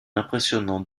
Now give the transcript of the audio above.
impressionnant